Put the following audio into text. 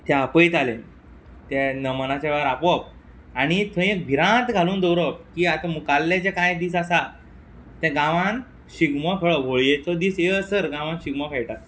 ते आपयताले ते नमनाच्या वेळार आपोवप आनी थंय एक भिरांत घालून दवरप की आतां मुकाल्ले जे कांय दीस आसा ते गांवान शिगमो खेळप होळयेचो दीस येयसर गांवात शिगमो खेळटा